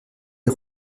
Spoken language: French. les